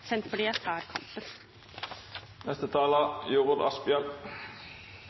Senterpartiet tar kampen.